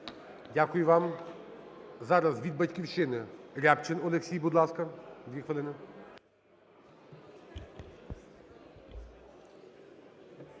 Дякую вам. Зараз від "Батьківщини" Рябчин Олексій, будь ласка, 2 хвилини.